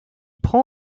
prend